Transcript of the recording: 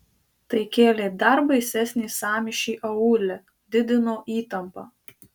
tai kėlė dar baisesnį sąmyšį aūle didino įtampą